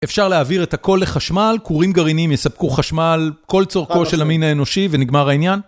אפשר להעביר את הכל לחשמל, כורים גרעינים יספקו חשמל כל צורכו של המין האנושי ונגמר העניין.